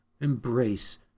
embrace